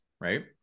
right